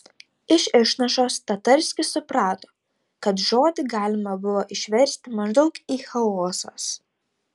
iš išnašos tatarskis suprato kad žodį galima buvo išversti maždaug į chaosas